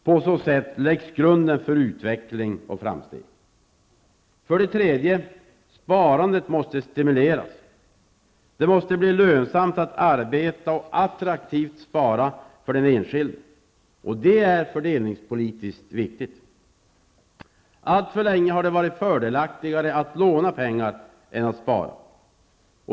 På så sätt läggs grunden för utveckling och framsteg. 3. Sparandet måste stimuleras. Det måste bli lönsamt att arbeta och attraktivt att spara för den enskilde. Det är fördelningspolitiskt viktigt. Alltför länge har det varit fördelaktigare att låna pengar än att spara.